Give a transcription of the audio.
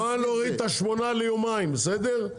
אני מוכן להוריד את השמונה ליומיים, בסדר?